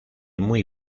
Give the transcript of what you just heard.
muy